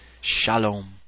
Shalom